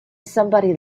somebody